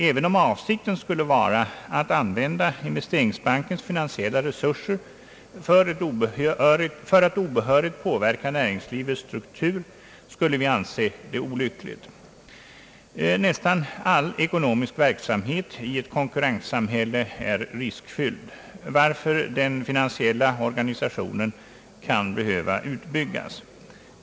Även om avsikten skulle vara att använda investeringsbankens finansiella resurser för att obehörigt påverka näringslivets struktur, skulle vi anse det olyckligt. Nästan all ekonomisk verksamhet i ett konkurrenssamhälle är riskfylld, varför den finansiella organisationen kan behöva utbyggas.